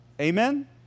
Amen